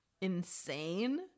insane